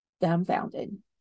dumbfounded